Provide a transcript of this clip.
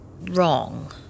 wrong